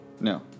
No